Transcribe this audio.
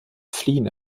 fliehen